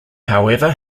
however